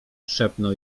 szepnął